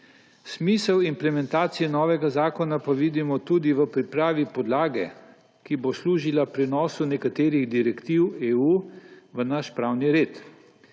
Smisel implementacije novega zakona pa vidimo tudi v pripravi podlage, ki bo služila pri vnosu nekaterih direktiv EU v naš pravni red.